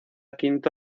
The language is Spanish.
quinto